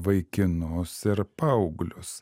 vaikinus ir paauglius